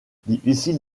difficile